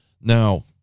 Now